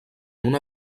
una